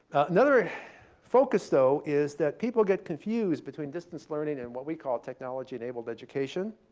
another focus, though, is that people get confused between distance learning and what we call technology-enabled education.